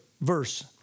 verse